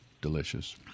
delicious